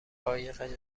قایق